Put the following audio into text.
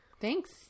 Thanks